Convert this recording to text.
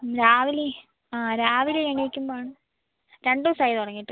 രാവിലെ രാവിലെ എണീക്കുമ്പോളാണ് രണ്ട് ദിവസമായി തുടങ്ങീട്ട്